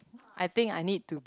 I think I need to be